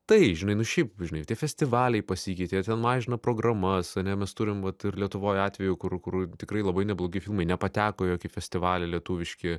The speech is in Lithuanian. tai žinai nu šiaip žinai tie festivaliai pasikeitė ten mažina programas ane mes turim vat ir lietuvoj atvejų kur kur tikrai labai neblogi filmai nepateko į jokį festivalį lietuviški